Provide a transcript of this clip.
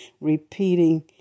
repeating